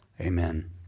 Amen